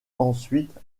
ensuite